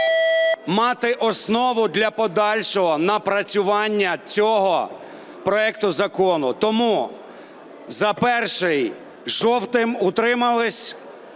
мати основу для подальшого напрацювання цього проекту закону. Тому за перший – жовтим (утримались),